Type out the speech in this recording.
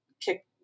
kick